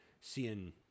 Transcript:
seeing